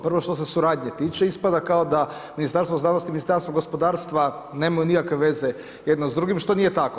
Prvo što se suradnje tiče ispada kao da Ministarstvo znanosti i Ministarstvo gospodarstva nemaju nikakve veze jedno s drugim što nije tako.